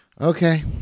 okay